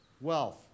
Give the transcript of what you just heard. wealth